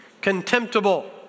Contemptible